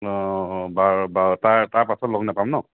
অঁ বাৰ বাৰটা তাৰপাছত লগ নাপাম ন